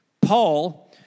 Paul